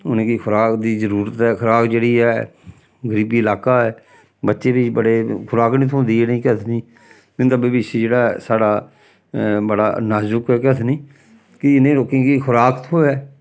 उ'नें गी खराक दी जरूरत ऐ खराक जेह्ड़ी ऐ गरीबी लाका ऐ बच्चे बी बड़े खराक निं थ्होंदी इ'नें केह् आखदे निं इं'दा भविश्य जेह्ड़ा ऐ साढ़ा बड़ा नाज़ुक ऐ केह् आखदे निं कि इ'नें लोकें खराक थ्होऐ